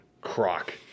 Croc